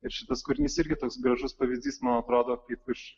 ir šitas kūrinys irgi toks gražus pavyzdys man atrodo kaip iš